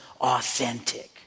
authentic